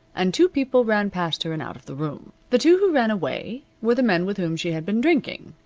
and two people ran past her and out of the room. the two who ran away were the men with whom she had been drinking,